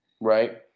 right